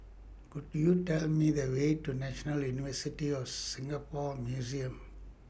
Could YOU Tell Me The Way to National University of Singapore Museums